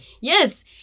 Yes